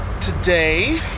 today